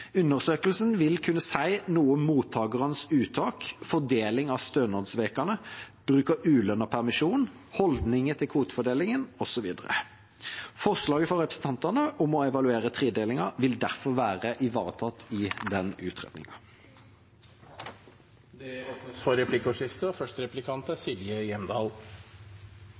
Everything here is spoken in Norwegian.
Undersøkelsen vil kunne si noe om mottakernes uttak, fordeling av stønadsukene, bruk av ulønnet permisjon, holdninger til kvotefordelingen osv. Forslaget fra representantene om å evaluere tredelingen vil derfor være ivaretatt i den utredningen. Det blir replikkordskifte. Permisjonen burde foreldre fordele – det er